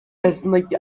arasındaki